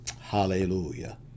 Hallelujah